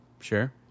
sure